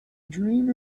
dream